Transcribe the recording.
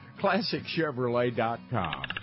ClassicChevrolet.com